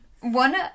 one